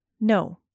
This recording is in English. No